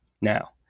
Now